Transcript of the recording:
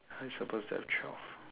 how we supposed to have twelve